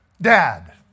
dad